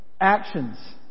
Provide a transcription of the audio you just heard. Actions